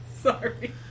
Sorry